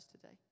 today